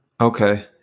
Okay